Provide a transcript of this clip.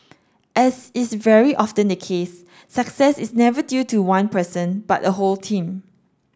as is very often the case success is never due to one person but a whole team